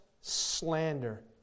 slander